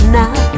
now